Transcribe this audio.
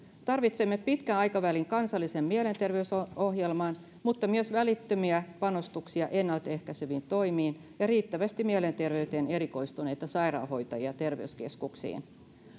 tarvitsemme pitkän aikavälin kansallisen mielenterveysohjelman mutta myös välittömiä panostuksia ennalta ehkäiseviin toimiin ja riittävästi mielenterveyteen erikoistuneita sairaanhoitajia terveyskeskuksiin